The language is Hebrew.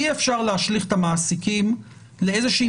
אי אפשר להשליך את המעסיקים לאיזושהי